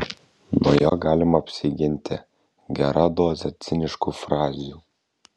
nuo jo galima apsiginti gera doze ciniškų frazių